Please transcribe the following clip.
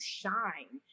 shine